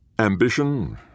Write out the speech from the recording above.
Ambition